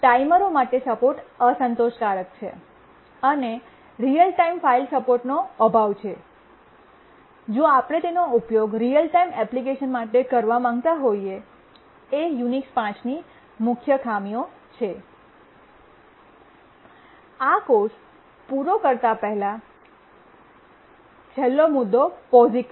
ટાઈમરો માટે સપોર્ટ અસંતોષકારક છે અને રીઅલ ટાઇમ ફાઇલ સપોર્ટનો અભાવ છે જો આપણે તેનો ઉપયોગ રીઅલ ટાઇમ એપ્લિકેશંસ માટે કરવા માંગતા હોઈએ એ યુનિક્સ 5 મુખ્ય ખામીઓ છે આ કોર્સ પૂરા કરતા પહેલા છેલ્લો મુદ્દો પોઝિક્સ છે